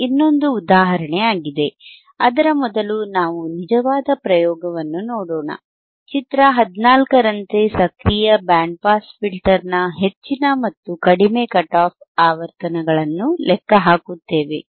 ಇದು ಇನ್ನೊಂದು ಉದಾಹರಣೆಯಾಗಿದೆ ಅದರ ಮೊದಲು ನಾವು ನಿಜವಾದ ಪ್ರಯೋಗವನ್ನು ನೋಡೋಣ ಚಿತ್ರ 14 ರಂತೆ ಸಕ್ರಿಯ ಬ್ಯಾಂಡ್ ಪಾಸ್ ಫಿಲ್ಟರ್ನ ಹೆಚ್ಚಿನ ಮತ್ತು ಕಡಿಮೆ ಕಟ್ ಆಫ್ ಆವರ್ತನಗಳನ್ನು ಲೆಕ್ಕ ಹಾಕುತ್ತೇವೆ